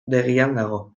dago